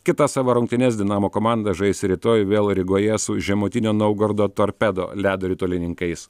kitas savo rungtynes dinamo komanda žais rytoj vėl rygoje su žemutinio naugardo torpedo ledo ritulininkais